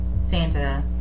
Santa